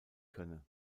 könne